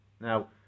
Now